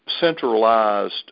centralized